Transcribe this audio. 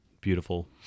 Beautiful